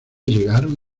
llegaron